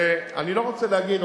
אני לא רוצה להגיד,